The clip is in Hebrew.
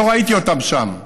לא ראיתי אותם שם,